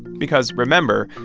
because, remember,